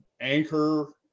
anchor